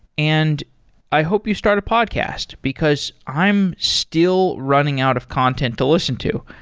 and i hope you start a podcast, because i'm still running out of content to listen to.